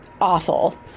awful